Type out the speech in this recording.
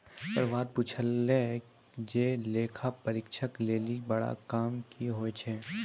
प्रभात पुछलकै जे लेखा परीक्षक लेली बड़ा काम कि होय छै?